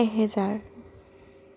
এহেজাৰ